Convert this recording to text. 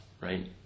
right